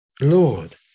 Lord